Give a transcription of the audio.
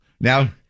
Now